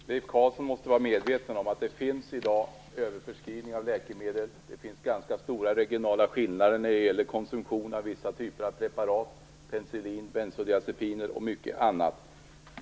Fru talman! Leif Carlson måste vara medveten om att det i dag finns en överförskrivning av läkemedel. Det finns ganska stora regionala skillnader i konsumtion av vissa typer av preparat, t.ex. penicillin och bensodiazepiner.